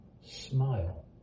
smile